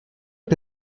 que